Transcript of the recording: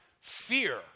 fear